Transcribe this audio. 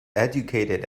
educated